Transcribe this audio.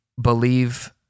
believe